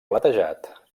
platejat